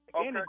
Okay